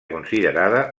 considerada